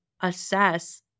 assess